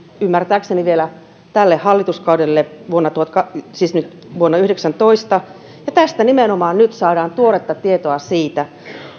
ymmärtääkseni vielä tälle hallituskaudelle siis nyt vuonna kaksituhattayhdeksäntoista ja tästä nimenomaan saadaan tuoretta tietoa siitä